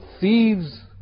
thieves